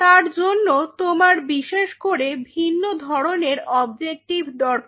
তার জন্য তোমার বিশেষ করে ভিন্ন ধরনের অবজেক্টিভ দরকার